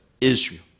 Israel